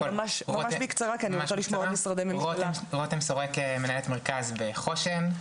אני מנהלת מרכז בחוש"ן,